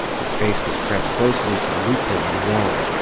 his face was pressed closely to the loophole in the wall.